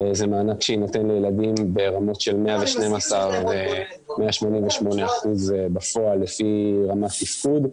זה מענק שיינתן לילדים ברמות של 118%-112% בפועל לפי רמת תפקוד.